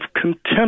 contempt